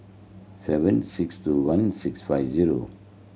seven six two one six five zero